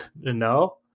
No